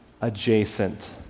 adjacent